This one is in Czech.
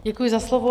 Děkuji za slovo.